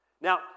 Now